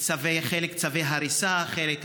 חלק צווי הריסה, חלק התראה,